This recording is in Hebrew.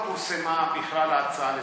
לא פורסמה בכלל ההצעה לסדר-היום.